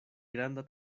granda